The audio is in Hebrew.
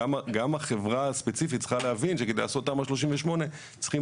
גם החברה הספציפית צריכה להבין שכדי לעשות תמ"א 38 צריכים,